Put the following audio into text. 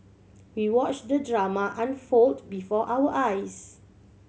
we watch the drama unfold before our eyes